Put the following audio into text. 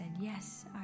yes